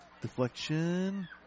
Deflection